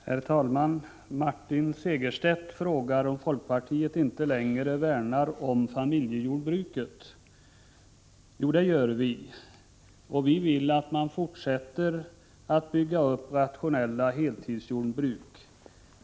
Herr talman! Martin Segerstedt frågar om folkpartiet inte längre värnar om familjejordbruket. Jo, det gör vi, och vi vill att man fortsätter att bygga upp rationella heltidsjordbruk.